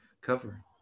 covering